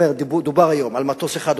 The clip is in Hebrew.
דובר היום על מטוס אחד,